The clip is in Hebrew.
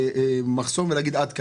מחסום ולהגיד: עד כאן.